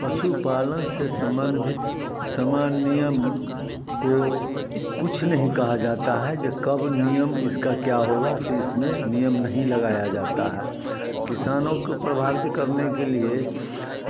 पशुपालन से संबंधित समान नियम को कुछ नहीं कहा जाता है जे कब नियम इसका क्या होगा से इसमें नियम नहीं लगाया जाता है किसानों को प्रभावित करने के लिए